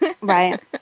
Right